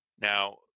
Now